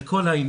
זה כל העניין,